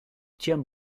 tient